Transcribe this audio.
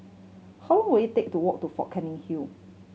how long will it take to walk to Fort Canning